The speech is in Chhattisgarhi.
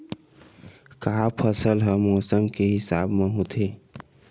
का फसल ह मौसम के हिसाब म होथे?